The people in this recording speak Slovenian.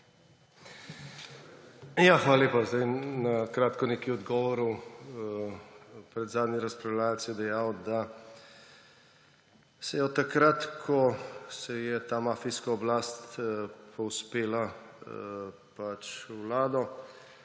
Hvala lepa. Na kratko nekaj odgovorov. Predzadnji razpravljavec je dejal, da se od takrat, ko se je pač ta mafijska oblast povzpela v vlado,